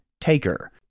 taker